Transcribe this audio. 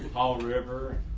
all river.